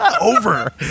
Over